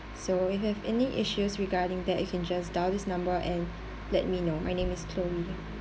so if you have any issues regarding that you can just dial this number and let me know my name is chloe